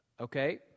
Okay